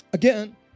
Again